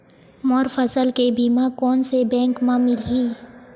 मोर फसल के बीमा कोन से बैंक म मिलही?